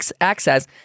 access